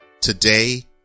today